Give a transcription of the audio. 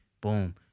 boom